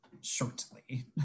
shortly